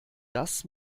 das